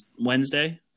Wednesday